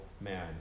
man